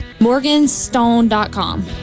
Morganstone.com